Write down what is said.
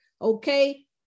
okay